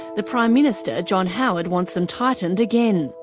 the prime minister, john howard, wants them tightened again.